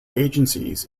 agencies